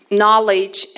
knowledge